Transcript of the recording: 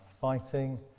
fighting